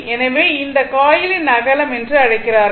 எனவே இதை காயிலின் அகலம் என்று அழைக்கிறார்கள்